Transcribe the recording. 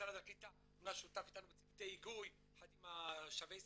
משרד הקליטה שותף איתנו בצוותי היגוי יחד עם "שבי ישראל",